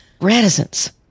reticence